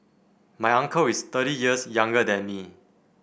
my uncle is thirty years younger than me